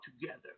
together